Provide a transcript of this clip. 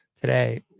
today